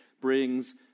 brings